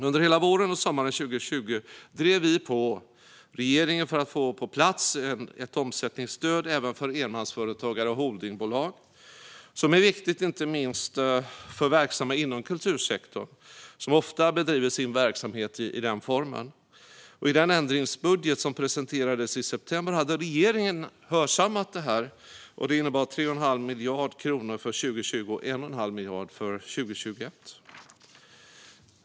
Under hela våren och sommaren 2020 drev vi på regeringen för att få på plats ett omsättningsstöd även för enmansföretagare och holdingbolag. Det är viktigt inte minst för verksamma inom kultursektorn, som ofta bedriver sin verksamhet i den formen. I den ändringsbudget som presenterades i september hade regeringen hörsammat detta. Det innebar 3 1⁄2 miljard kronor för 2020 och 1 1⁄2 miljard för 2021.